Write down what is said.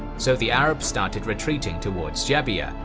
so the arabs started retreating towards jabiya,